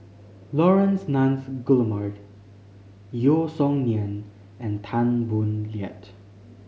Laurence Nunns Guillemard Yeo Song Nian and Tan Boo Liat